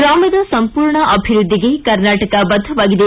ಗ್ರಾಮದ ಸಂಪೂರ್ಣ ಅಭಿವೃದ್ದಿಗೆ ಕರ್ನಾಟಕ ಬದ್ದವಾಗಿದೆ